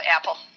Apple